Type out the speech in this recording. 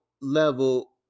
level